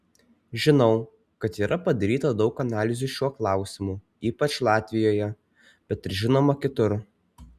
žinau kad yra padaryta daug analizių šiuo klausimu ypač latvijoje bet ir žinoma kitur